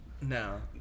No